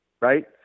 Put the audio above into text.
right